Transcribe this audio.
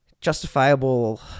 justifiable